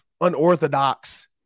unorthodox